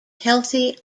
healthy